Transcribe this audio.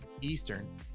eastern